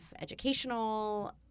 educational